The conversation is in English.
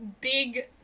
big